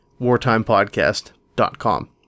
wartimepodcast.com